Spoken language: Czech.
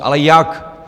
Ale jak?